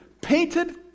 painted